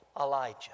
Elijah